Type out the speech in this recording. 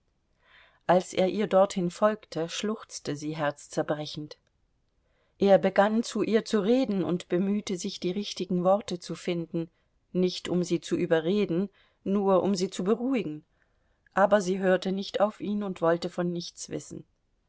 als er ihr dorthin folgte schluchzte sie herzzerbrechend er begann zu ihr zu reden und bemühte sich die richtigen worte zu finden nicht um sie zu überreden nur um sie zu beruhigen aber sie hörte nicht auf ihn und wollte von nichts wissen